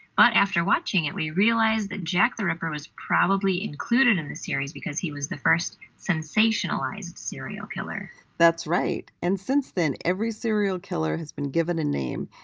but after watching it we realized that jack the ripper was probably included in the series because he was the first sensationalized serial killer. kelley that's right. and since then every serial killer has been given a name.